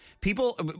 People